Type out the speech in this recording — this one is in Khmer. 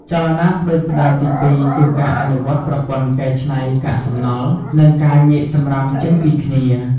ចលនាផ្តួចផ្តើមទីពីរគឺការអនុវត្តប្រព័ន្ធកែច្នៃកាកសំណល់ និងការញែកសំរាមចេញពីគ្នា។